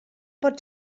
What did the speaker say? pot